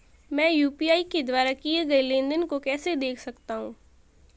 मैं यू.पी.आई के द्वारा किए गए लेनदेन को कैसे देख सकता हूं?